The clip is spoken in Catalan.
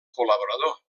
col·laborador